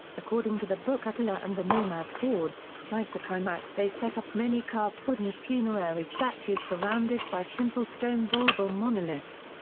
according to the book attila and the nomad hordes, like the kimaks they set up many carved wooden funerary statues surrounded by simple stone balbal monoliths.